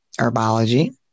herbology